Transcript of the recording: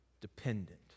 dependent